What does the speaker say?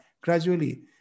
gradually